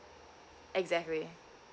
exactly